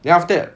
then after that